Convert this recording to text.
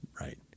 Right